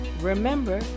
Remember